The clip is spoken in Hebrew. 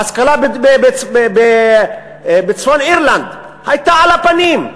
ההשכלה בצפון-אירלנד הייתה על-הפנים.